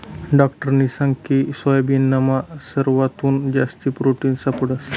डाक्टरनी सांगकी सोयाबीनमा सरवाथून जास्ती प्रोटिन सापडंस